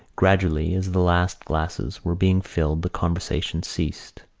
gradually as the last glasses were being filled the conversation ceased.